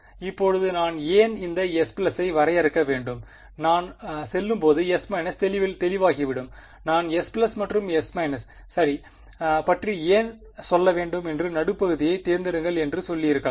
இப்போது நான் ஏன் இந்த S ஐ வரையறுக்க வேண்டும் நான் செல்லும்போது S− தெளிவாகிவிடும் நான் S மற்றும் S− சரி பற்றி ஏன் சொல்ல வேண்டும் என்று நடுப்பகுதியைத் தேர்ந்தெடுங்கள் என்று சொல்லியிருக்கலாம்